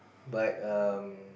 but um